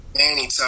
Anytime